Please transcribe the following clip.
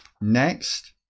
next